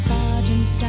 Sergeant